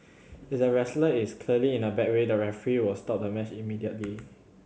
if the wrestler is clearly in a bad way the referee will stop the match immediately